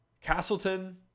Castleton